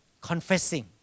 confessing